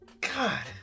God